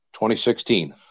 2016